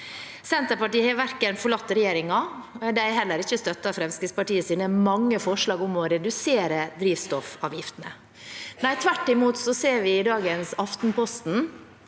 Senterpartiet har ikke forlatt regjeringen. De har heller ikke støttet Fremskrittspartiets mange forslag om å redusere drivstoffavgiftene. Nei, tvert imot ser vi i dag i Aftenposten